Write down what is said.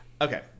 Okay